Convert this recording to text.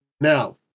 now